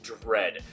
Dread